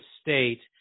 state